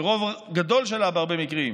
ברוב גדול שלה, בהרבה מקרים,